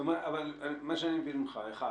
אבל מה שאני מבין ממך הוא: אחד